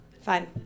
fine